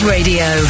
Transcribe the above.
Radio